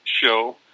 Show